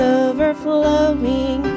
overflowing